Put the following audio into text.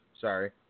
sorry